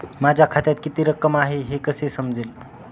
माझ्या खात्यात किती रक्कम आहे हे कसे समजेल?